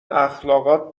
اخالقات